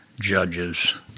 judges